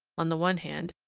on the one hand,